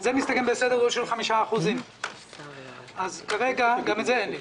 זה מסתכם בסדר גודל של 5%. כרגע גם את זה אין לי.